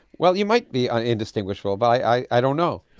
well, you might be indistinguishable but i i don't know.